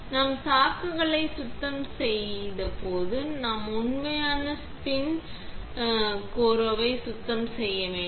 நாம் சாக்குகளை சுத்தம் செய்த போது நாம் உண்மையான ஸ்பின் கோரேவை சுத்தம் செய்ய வேண்டும்